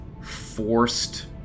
forced